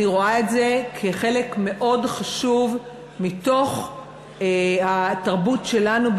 אני רואה את זה כחלק מאוד חשוב בתרבות שלנו,